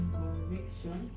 conviction